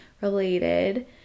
related